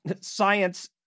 science